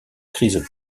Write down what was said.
crise